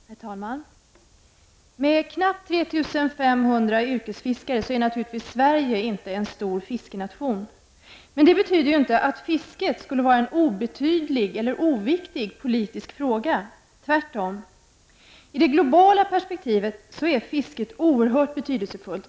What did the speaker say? Herr talman! Med knappt 3 500 yrkesfiskare är Sverige naturligtvis inte en stor fiskenation. Men det betyder inte att fisket skulle vara en obetydlig eller oviktig politisk fråga — tvärtom. I det globala perspektivet är fisket oerhört betydelsefullt.